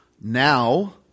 now